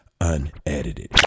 unedited